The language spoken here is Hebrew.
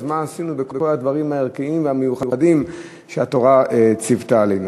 אז מה עשינו בכל הדברים הערכיים והמיוחדים שהתורה ציוותה עלינו?